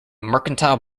mercantile